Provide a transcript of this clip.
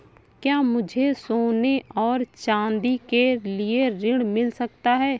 क्या मुझे सोने और चाँदी के लिए ऋण मिल सकता है?